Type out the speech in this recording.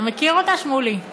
אתה מכיר אותה, שמולי?